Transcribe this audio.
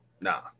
nah